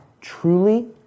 truly